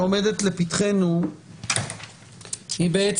אבל פשיטא שכשהתו הירוק הזמני רלוונטי